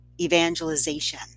Evangelization